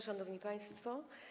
Szanowni Państwo!